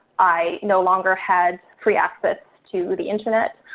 i no longer had free access to the internet.